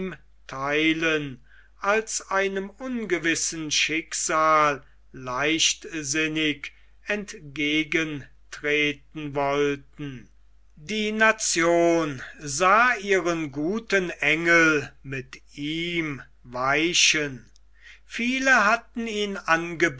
theilen als einem ungewissen schicksal leichtsinnig entgegentreten wollten die nation sah ihren guten engel mit ihm weichen viele hatten ihn